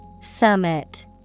Summit